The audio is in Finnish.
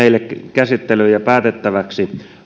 käsittelyyn ja päätettäväksi